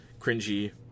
cringy